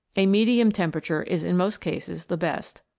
a medium temperature is in most cases the best.